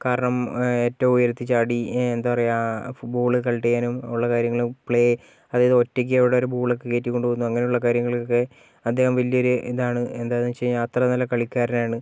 കാരണം ഏറ്റവും ഉയരത്തിൽ ചാടി എന്താ പറയുക ഫുട്ബോൾ കൾട്ട് ചെയ്യാനും ഉള്ള കാര്യങ്ങളും പ്ലേ അതുപോലെ ഒറ്റയ്ക്ക് അവിടൊരു ബോളൊക്കെ കയറ്റി കൊണ്ട് പോകുന്നു അങ്ങനെയുള്ള കാര്യങ്ങൾക്ക് ഒക്കെ അദ്ദേഹം വലിയൊരു ഇതാണ് എന്താണെന്ന് വെച്ചാൽ അത്രനല്ല കളിക്കാരനാണ്